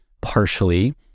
partially